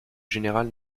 général